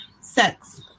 sex